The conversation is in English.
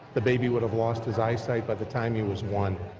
the baby would have lost his eyesight by the time he was one.